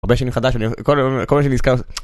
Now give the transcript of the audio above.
הרבה שנים חדש, כל השנים נזכר.